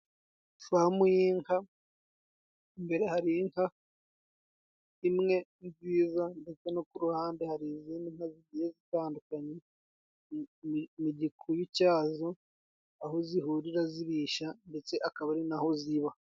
Famu y'inka, imbere hari inka imwe nziza ndetse no kuruhande hari izindi nka zigiye zitandukanye mu gikuyu cyazo aho zihurira zirisha ndetse akaba ari naho ziba.